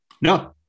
no